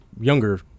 younger